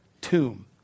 tomb